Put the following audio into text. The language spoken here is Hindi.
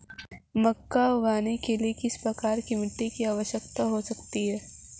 मक्का उगाने के लिए किस प्रकार की मिट्टी की आवश्यकता होती है?